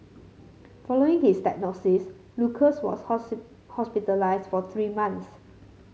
following his diagnosis Lucas was hospitalised for three months